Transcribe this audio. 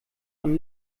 von